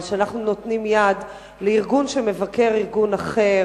אבל כשאנחנו נותנים יד לארגון שמבקר ארגון אחר,